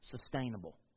sustainable